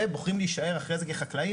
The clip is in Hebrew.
ובוחרים להישאר אחרי זה כחקלאים.